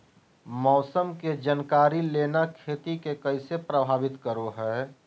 मौसम के जानकारी लेना खेती के कैसे प्रभावित करो है?